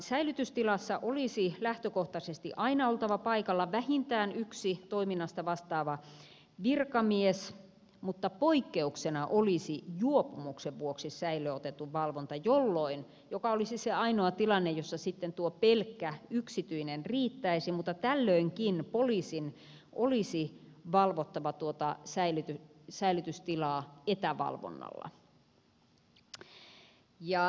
säilytystilassa olisi lähtökohtaisesti aina oltava paikalla vähintään yksi toiminnasta vastaava virkamies mutta poikkeuksena olisi juopumuksen vuoksi säilöön otetun valvonta joka olisi se ainoa tilanne jossa sitten tuo pelkkä yksityinen riittäisi mutta tällöinkin poliisin olisi valvottava tuota säilytystilaa etävalvonnalla